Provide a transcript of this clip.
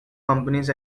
companies